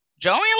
Joey